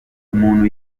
umuntu